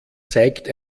zeigt